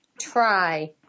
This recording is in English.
try